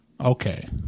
Okay